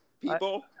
people